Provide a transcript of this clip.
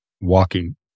Walking